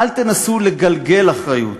אל תנסו לגלגל אחריות.